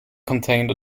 contained